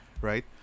Right